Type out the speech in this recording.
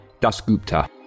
dasgupta